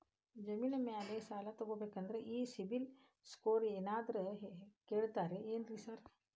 ಜಮೇನಿನ ಮ್ಯಾಲೆ ಸಾಲ ತಗಬೇಕಂದ್ರೆ ಈ ಸಿಬಿಲ್ ಸ್ಕೋರ್ ಏನಾದ್ರ ಕೇಳ್ತಾರ್ ಏನ್ರಿ ಸಾರ್?